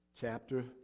Chapter